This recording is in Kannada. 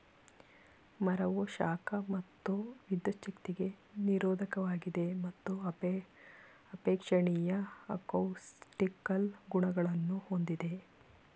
ಮರವು ಶಾಖ ಮತ್ತು ವಿದ್ಯುಚ್ಛಕ್ತಿಗೆ ನಿರೋಧಕವಾಗಿದೆ ಮತ್ತು ಅಪೇಕ್ಷಣೀಯ ಅಕೌಸ್ಟಿಕಲ್ ಗುಣಲಕ್ಷಣಗಳನ್ನು ಹೊಂದಿದೆ